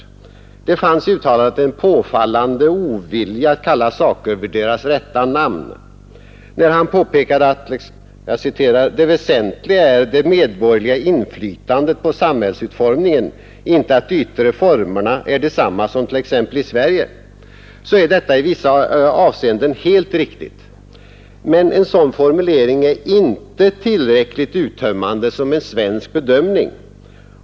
I uttalandet fanns en påfallande ovilja att kalla saker vid deras rätta namn. När vederbörande påpekade att ”det väsentliga är det medborgerliga inflytandet på samhällsutformningen, inte att de yttre formerna är desamma som t.ex. i Sverige”, är detta i vissa avseenden helt riktigt. Men en sådan formulering är inte tillräckligt uttömmande som en svensk bedömning.